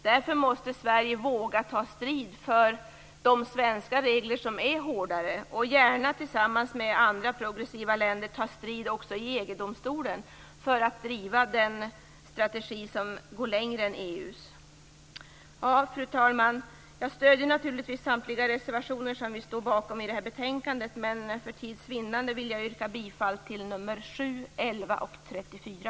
Därför måste Sverige våga ta strid för de svenska reglerna, som är hårdare, gärna tillsammans med andra progressiva länder ta strid också i EG-domstolen för att driva den strategi som går längre än EU:s. Fru talman! Jag stöder naturligtvis samtliga reservationer som vi står bakom, men för tids vinnande yrkar jag bifall till reservationerna 7, 11 och 34.